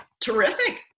terrific